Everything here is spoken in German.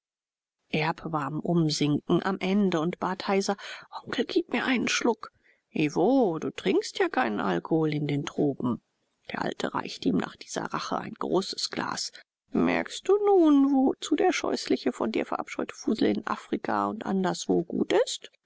erb war am umsinken am ende und bat heiser onkel gib mir einen schluck ih wo du trinkst ja keinen alkohol in den tropen der alte reichte ihm nach dieser rache ein großes glas melkst du nun wozu der scheußliche von dir verabscheute fusel in afrika und anderswo gut ist